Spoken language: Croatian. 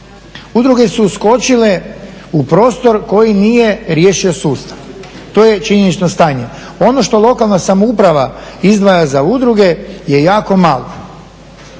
Udruge su uskočile u prostor koji nije riješio sustav, to je činjenično stanje. Ono što lokalna samouprava izdvaja za udruge je jako malo.